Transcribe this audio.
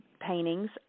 paintings